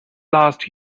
last